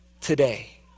today